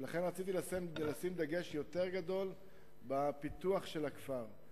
ולכן רציתי לשים דגש יותר גדול בפיתוח הכפר.